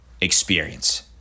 experience